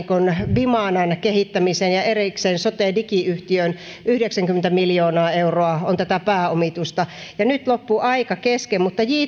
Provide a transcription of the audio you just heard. vimanan kehittämiseen ja erikseen sotedigi yhtiöön yhdeksänkymmentä miljoonaa euroa on tätä pääomitusta nyt loppuu aika kesken mutta